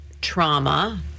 trauma